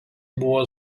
buvo